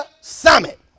summit